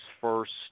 first